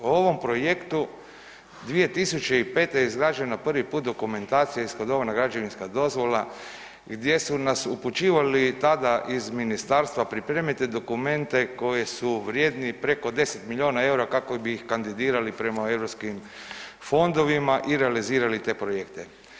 O ovom projektu 2005. je izgrađena prvi put dokumentacija, ishodovana građevinska dozvola, gdje su nas upućivali tada iz ministarstva pripremite dokumente koji su vrijedni preko 10 milijona EUR-a kako bi ih kandidirali prema europskim fondovima i realizirali te projekte.